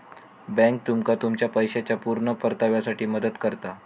bank तुमका तुमच्या पैशाच्या पुर्ण परताव्यासाठी मदत करता